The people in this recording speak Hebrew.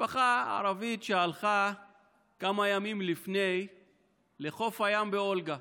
משפחה ערבית שהלכה כמה ימים לפני לחוף הים באולגה,